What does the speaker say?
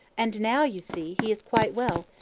and now, you see, he is quite well,